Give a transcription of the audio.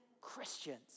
Christians